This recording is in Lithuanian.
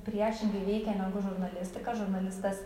priešingai veikia negu žurnalistika žurnalistas